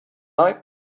night